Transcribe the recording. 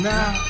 Now